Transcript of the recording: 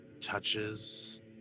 touches